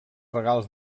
regals